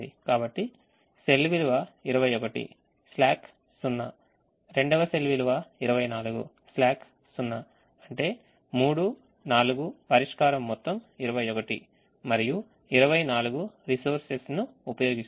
కాబట్టి సెల్ విలువ 21 స్లాక్ 0 రెండవ సెల్ విలువ 24 స్లాక్ 0 అంటే 3 4 పరిష్కారం మొత్తం 21 మరియు 24 resources ను ఉపయోగిస్తుంది